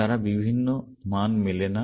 তারা বিভিন্ন মান মেলে না